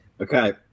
Okay